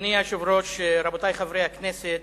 אדוני היושב-ראש, רבותי חברי הכנסת,